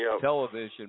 television